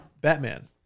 Batman